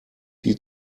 die